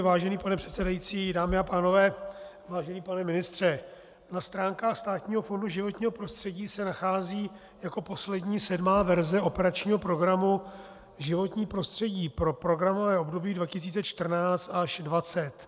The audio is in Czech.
Vážený pane předsedající, dámy a pánové, vážený pane ministře, na stránkách Státního fondu životního prostředí se nachází jako poslední, sedmá verze operačního programu Životní prostředí pro programové období 2014 až 2020.